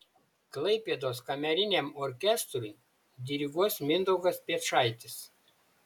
klaipėdos kameriniam orkestrui diriguos mindaugas piečaitis